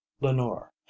Lenore